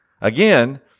Again